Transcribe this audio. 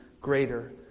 greater